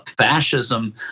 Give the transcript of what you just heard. fascism